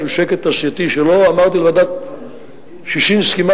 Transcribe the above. בלב כבד, שום דבר טוב לא יצא מוועדת-ששינסקי.